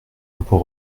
impôt